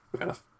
enough